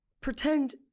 pretend